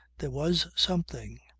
there was something.